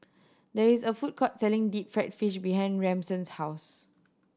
there is a food court selling deep fried fish behind Ransom's house